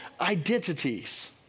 identities